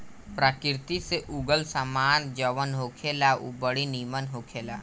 प्रकृति से उगल सामान जवन होखेला उ बड़ी निमन होखेला